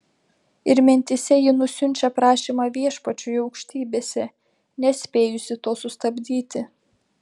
ir mintyse ji nusiunčia prašymą viešpačiui aukštybėse nespėjusi to sustabdyti